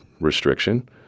restriction